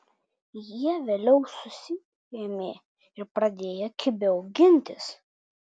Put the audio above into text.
jie vėliau susiėmė ir pradėjo kibiau gintis